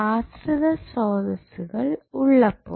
ആശ്രിത സ്രോതസ്സുകൾ ഉള്ളപ്പോൾ